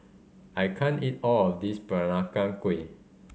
I can't eat all of this Peranakan Kueh